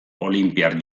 olinpiar